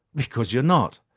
because you're not!